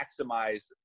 maximize